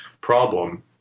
problem